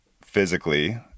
physically